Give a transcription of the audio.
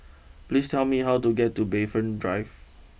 please tell me how to get to Bayfront Drive